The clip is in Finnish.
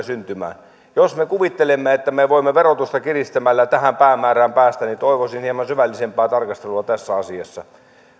syntymään jos me kuvittelemme että me voimme verotusta kiristämällä tähän päämäärään päästä niin toivoisin hieman syvällisempää tarkastelua tässä asiassa